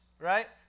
right